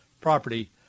property